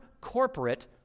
corporate